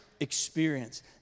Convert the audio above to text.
experience